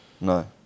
No